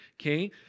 okay